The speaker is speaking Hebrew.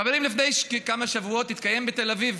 חברים, לפני כמה שבועות התקיים בתל אביב